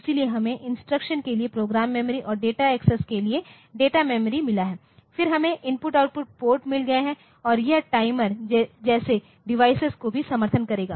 इसलिए हमें इंस्ट्रक्शन के लिए प्रोग्राम मेमोरी और डेटा एक्सेस के लिए डेटा मेमोरी मिला है फिर हमें I O पोर्ट मिल गए हैं और यह टाइमर जैसे डिवाइस को भी समर्थन करेगा